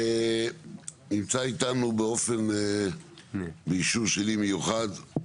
נמצא איתנו באישור שלי מיוחד,